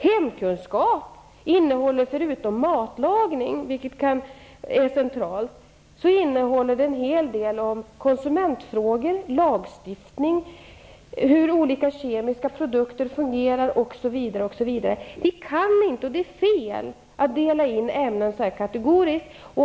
Hemkunskap innehåller förutom matlagning, vilket är centralt, en hel del om konsumentfrågor, lagstiftning, hur olika kemiska produkter fungerar osv. Det är fel att dela in ämnen så kategoriskt.